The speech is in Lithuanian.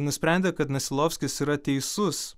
nusprendė kad nasilovskis yra teisus